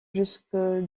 jusque